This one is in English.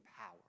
power